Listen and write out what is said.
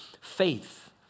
faith